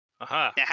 Aha